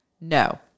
No